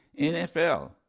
NFL